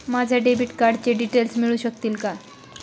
माझ्या डेबिट कार्डचे डिटेल्स मिळू शकतील का?